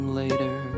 later